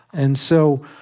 and so,